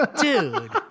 Dude